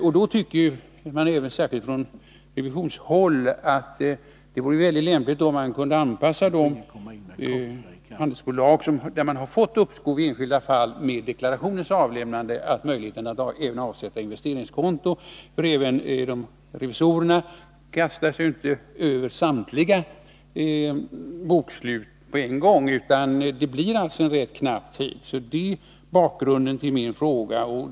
Särskilt från revisorshåll tycker man därför att det vore mycket lämpligt om man för de handelsbolag där det i enskilda fall har getts uppskov med deklarationens avlämnande kunde anpassa tidpunkten för avsättningen till investeringskonto till deklarationens avlämnande. Inte heller revisorerna kastar ju sig över samtliga bokslut på en gång, utan tiden kan bli rätt knapp. Detta är bakgrunden till min fråga.